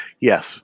yes